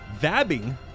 Vabbing